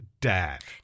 dad